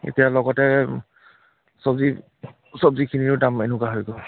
এতিয়া লগতে চবজি চবজিখিনিও দাম এনেকুৱা হৈ গ'ল